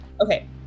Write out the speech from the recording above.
okay